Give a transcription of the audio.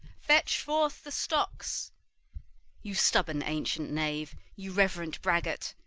fetch forth the stocks you stubborn ancient knave, you reverent braggart,